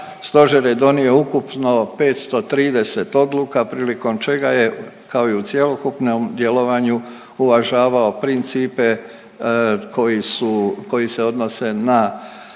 Stožer je donio ukupno 530 odluka prilikom čega je kao i u cjelokupnom djelovanju uvažavao principe koji se odnose na